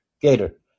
gator